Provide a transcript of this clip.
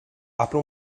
apre